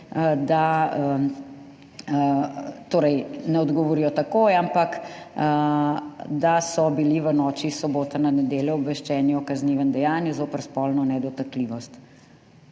da, torej ne odgovorijo takoj, ampak da so bili v noči s sobote na nedeljo obveščeni o kaznivem dejanju zoper spolno nedotakljivost.